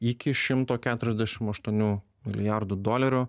iki šimto keturiasdešim aštuonių milijardų dolerių